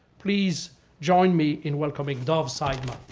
please join me in welcoming dov seidman.